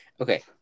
Okay